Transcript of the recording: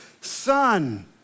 Son